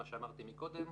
כמו שאמרתי קודם,